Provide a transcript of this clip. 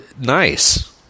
nice